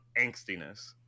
angstiness